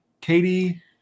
Katie